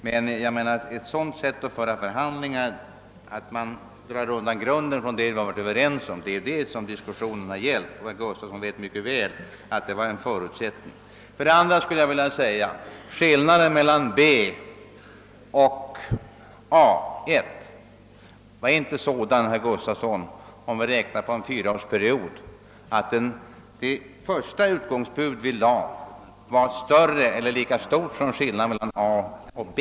Men diskussionen gäller sättet att torpedera förhandlingar genom att ta bort grunden för vad man varit överens om. Herr Gustafsson känner också mycket väl till de förutsättningar som fanns för förhandlingarna. Vidare skulle jag vilja påpeka att skillnaden mellan alternativ B och det första utgångsbud vi framlade var mindde än skillnaden mellan alternativen A och B.